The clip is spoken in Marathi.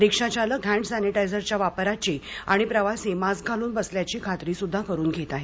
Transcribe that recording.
रिक्षाचालक हॅण्ड सॅनिटायझरच्या वापराची आणि प्रवासी मास्क घालून बसल्याची खात्रीसुद्धा करून घेत आहेत